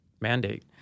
mandate